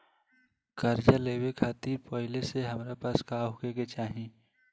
कर्जा लेवे खातिर पहिले से हमरा पास का होए के चाही?